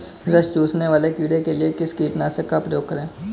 रस चूसने वाले कीड़े के लिए किस कीटनाशक का प्रयोग करें?